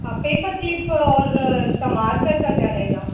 हाँ paper clip और इसका मार्कर का क्या रहेगा